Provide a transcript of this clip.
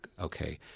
okay